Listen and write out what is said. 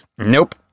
Nope